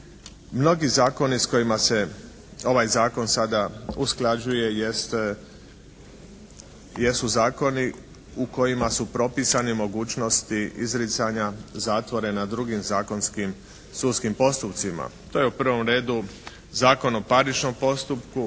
Mnogi zakoni s kojima se ovaj zakon sada usklađuje jest, jesu zakoni u kojima su propisani mogućnosti izricanja zatvora na drugim zakonskim sudskim postupcima. To je u prvom redu Zakon o parničnom postupku